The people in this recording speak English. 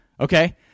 Okay